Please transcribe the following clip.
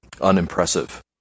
unimpressive